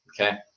Okay